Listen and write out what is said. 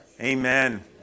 Amen